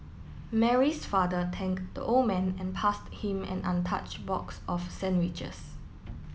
Mary's father thanked the old man and passed him an untouched box of sandwiches